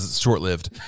short-lived